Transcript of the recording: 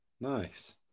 Nice